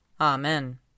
Amen